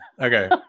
okay